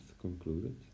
concluded